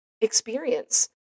experience